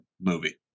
movie